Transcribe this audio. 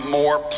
more